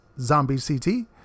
zombiect